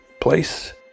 place